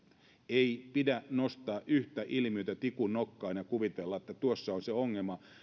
ei pidä nostaa yhtä ilmiötä tikun nokkaan ja kuvitella että tuossa on se ongelma